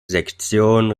sektion